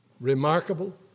remarkable